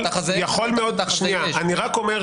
יכול מאוד להיות,